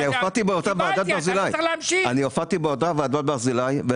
אני הופעתי באותה ועדת ברזילאי.